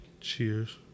Cheers